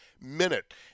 minute